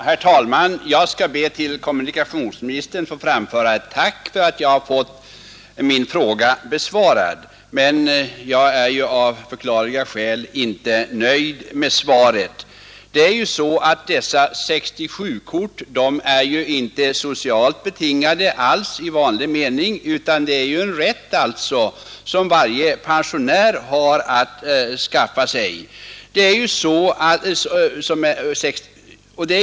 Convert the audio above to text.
Herr talman! Jag skall be att till kommunikationsministern få framföra ett tack för att jag har fått min fråga besvarad. Men jag är av förklarliga skäl inte nöjd med svaret. Dessa 67-kort är ju inte alls socialt betingade utan utgör en rätt, som varje pensionär kan begagna sig av.